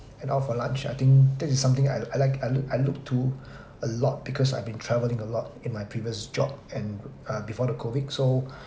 and out for lunch I think that is something I I like I I look to a lot because I've been travelling a lot in my previous job and uh before the COVID so